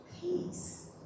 peace